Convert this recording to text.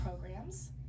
programs